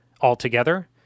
altogether